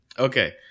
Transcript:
okay